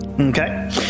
Okay